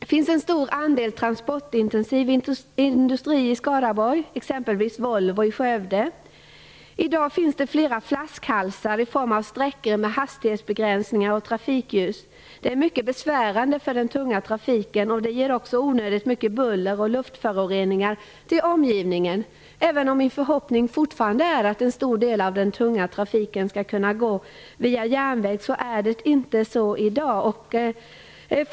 Det finns en stor andel transportintensiv industri i Skaraborg, exempelvis Volvo i Skövde. I dag finns det flera flaskhalsar i form av sträckor med hastighetsbegränsningar och trafikljus. Detta är mycket besvärande för den tunga trafiken. Det ger också onödigt mycket buller och luftföroreningar till omgivningen. Även om min förhoppning fortfarande är att en stor del av den tunga trafiken skall kunna gå via järnväg är det inte så i dag.